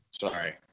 Sorry